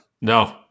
No